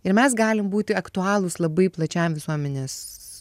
ir mes galim būti aktualūs labai plačiam visuomenės